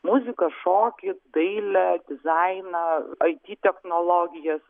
muziką šokį dailę dizainą it technologijas